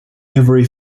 every